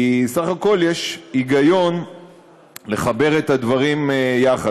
סך הכול יש היגיון לחבר את הדברים יחד.